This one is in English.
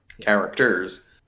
Characters